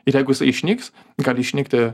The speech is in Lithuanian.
ir jeigu jisai išnyks gali išnykti